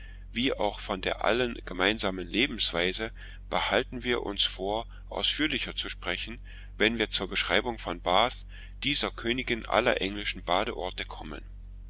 sowie auch von der allen gemeinsamen lebensweise behalten wir uns vor ausführlicher zu sprechen wenn wir zur beschreibung von bath dieser königin aller englischen badeorte kommen